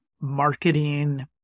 marketing